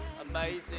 amazing